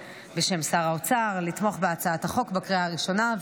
בשם שר האוצר אבקש מחברי הכנסת לתמוך בהצעת החוק בקריאה ראשונה,